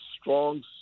strong